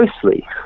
closely